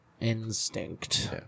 Instinct